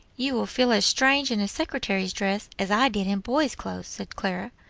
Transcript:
you will feel as strange in a secretary's dress as i did in boys' clothes, said clara.